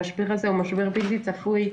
המשבר הזה הוא משבר בלתי צפוי.